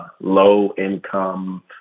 low-income